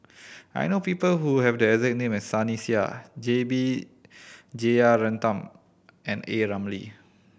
I know people who have the exact name as Sunny Sia J B Jeyaretnam and A Ramli